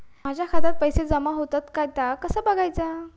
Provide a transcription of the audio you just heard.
माझ्या खात्यात पैसो जमा होतत काय ता कसा बगायचा?